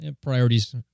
priorities